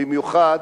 במיוחד